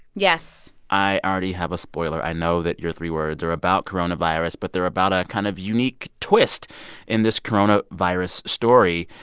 yes i already have a spoiler. i know that your three words are about coronavirus, but they're about a kind of unique twist in this coronavirus story.